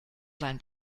sein